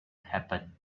happen